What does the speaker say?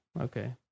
okay